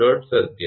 27 248